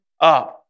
up